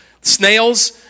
Snails